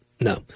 No